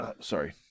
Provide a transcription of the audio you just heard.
Sorry